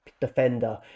defender